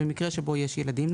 במקרה שבו יש ילדים,